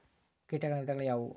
ಕೇಟಗಳ ವಿಧಗಳು ಯಾವುವು?